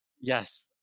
yes